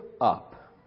up